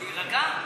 להירגע?